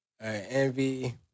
Envy